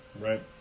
right